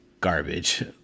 garbage